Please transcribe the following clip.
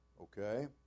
Okay